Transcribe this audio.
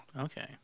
Okay